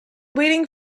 waiting